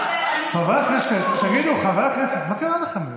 חברי הכנסת, תגידו, חברי הכנסת, מה קרה לכם היום?